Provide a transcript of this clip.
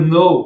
no